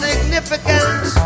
Significance